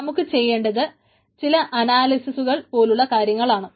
നമുക്ക് ചെയ്യെണ്ടത് ചില അനാലിസ്സിസുകൾ പോലുള്ള കാര്യങ്ങൾ ആണ്